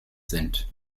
sind